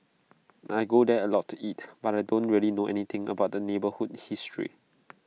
I go there A lot to eat but I don't really know anything about the neighbourhood's history